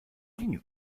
linux